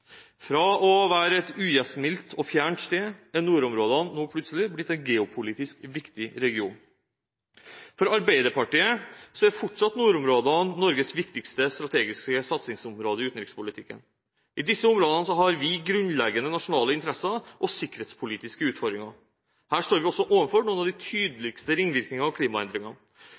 Fra å være et ugjestmildt og fjernt sted er nordområdene nå plutselig blitt en geopolitisk viktig region. For Arbeiderpartiet er fortsatt nordområdene Norges viktigste strategiske satsingsområde i utenrikspolitikken. I disse områdene har vi grunnleggende nasjonale interesser og sikkerhetspolitiske utfordringer. Her står vi også overfor noen av de tydeligste ringvirkningene av klimaendringene.